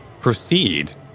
proceed